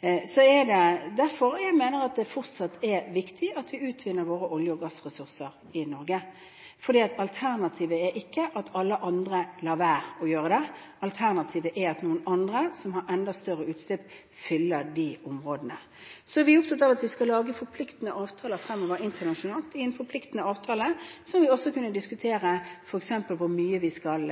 er derfor jeg mener det fortsatt er viktig at vi utvinner våre olje- og gassressurser i Norge, for alternativet er ikke at alle andre lar være å gjøre det. Alternativet er at noen andre, som har enda større utslipp, fyller de områdene. Så er vi opptatt av at vi skal lage forpliktende avtaler fremover internasjonalt. I en forpliktende avtale må vi også kunne diskutere f.eks. hvor mye vi skal